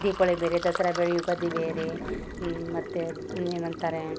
ದೀಪೊಳಿ ಬೇರೆ ದಸರಾ ಬೇರೆ ಯುಗಾದಿ ಬೇರೆ ಮತ್ತು ಏನಂತಾರೆ